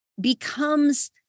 becomes